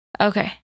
Okay